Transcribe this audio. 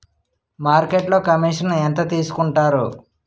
మార్కెట్లో కమిషన్ ఎంత తీసుకొంటారు?